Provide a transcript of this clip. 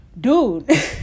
dude